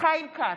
חיים כץ,